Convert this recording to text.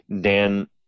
Dan